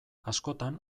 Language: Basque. askotan